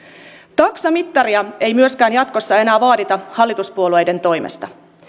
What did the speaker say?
taksamittaria ei myöskään jatkossa enää vaadita hallituspuolueiden toimesta